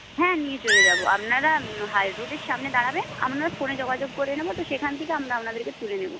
হ্যাঁ নিয়ে চলে যাব আপনারা হাই রোডের সামনে দাঁড়াবেন আমরা ফোনে যোগাযোগ করে নেব তো সেখান থেকে আমরা আপনাদেরকে তুলে নেব